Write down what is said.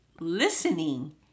listening